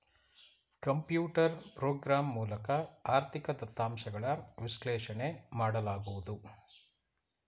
computer program ಮೂಲಕ ಆರ್ಥಿಕ ದತ್ತಾಂಶಗಳ ವಿಶ್ಲೇಷಣೆ ಮಾಡಲಾಗುವುದು